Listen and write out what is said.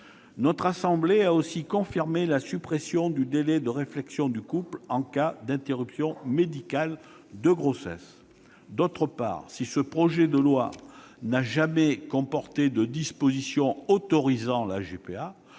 Notre assemblée a aussi confirmé la suppression du délai de réflexion du couple en cas d'interruption médicale de grossesse. Si ce projet de loi n'a jamais comporté de disposition autorisant la GPA,